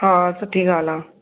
हा सुठी ॻाल्हि आहे